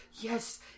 Yes